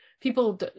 People